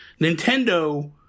Nintendo